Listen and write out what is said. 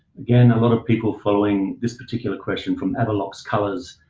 again, a lot of people following this particular question from everlocks colors.